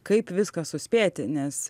kaip viską suspėti nes